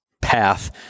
path